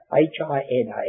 H-I-N-A